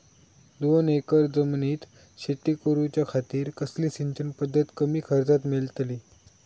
दोन एकर जमिनीत शेती करूच्या खातीर कसली सिंचन पध्दत कमी खर्चात मेलतली?